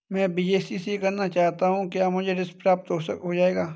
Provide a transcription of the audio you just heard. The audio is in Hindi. मैं बीएससी करना चाहता हूँ क्या मुझे ऋण प्राप्त हो जाएगा?